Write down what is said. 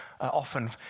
often